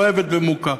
דואבת ומוכה.